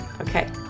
Okay